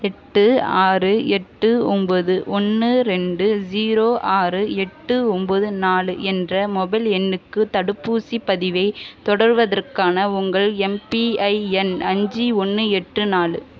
எட்டு ஆறு எட்டு ஒம்பது ஒன்று ரெண்டு ஜீரோ ஆறு எட்டு ஒம்பது நாலு என்ற மொபைல் எண்ணுக்கு தடுப்பூசிப் பதிவை தொடர்வதற்கான உங்கள் எம்பிஐஎன் அஞ்சு ஒன்று எட்டு நாலு